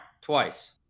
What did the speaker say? twice